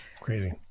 Crazy